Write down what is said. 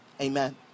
Amen